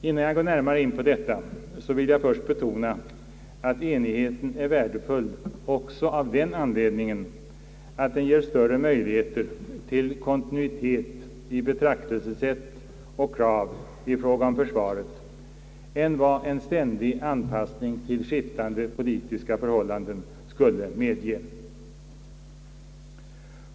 Innan jag går närmare in på detta vill jag betona att enigheten är värdefull också av den anledningen, att den ger större möjligheter till kontinuitet i betraktelsesätt och krav då det gäller försvaret än vad en ständig anpassning till skiftande politiska styrkeförhållanden skulle medge.